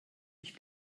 ich